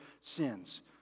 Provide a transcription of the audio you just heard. sins